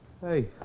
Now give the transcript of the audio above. Hey